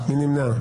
מי נמנע?